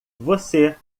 você